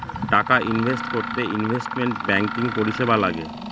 টাকা ইনভেস্ট করতে investment banking পরিষেবা লাগে